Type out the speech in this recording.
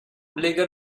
lega